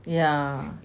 yeah